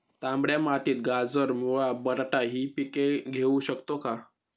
तांबड्या मातीत गाजर, मुळा, बटाटा हि पिके घेऊ शकतो का?